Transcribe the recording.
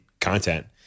content